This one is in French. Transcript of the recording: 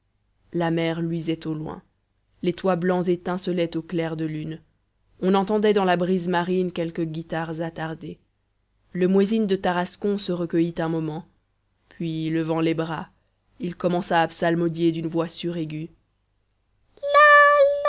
la mer luisait au loin les toits blancs étincelaient au clair de lune on entendait dans la brise marine quelques guitares attardées le muezzin de tarascon se recueillit un moment puis levant les bras il commença à psalmodier d'une voix suraiguë